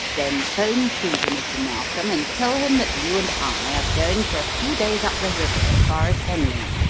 then phone through to mr. narkom and tell him that you and i are going for a few days up the river as far as henley,